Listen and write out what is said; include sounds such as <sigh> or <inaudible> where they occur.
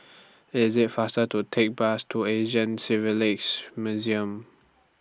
IS IT faster to Take Bus to Asian <unintelligible> Museum